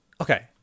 okay